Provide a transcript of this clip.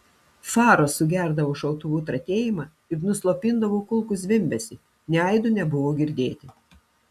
fara sugerdavo šautuvų tratėjimą ir nuslopindavo kulkų zvimbesį nė aido nebuvo girdėti